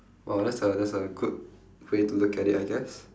!wow! that's a that's a good way to look at it I guess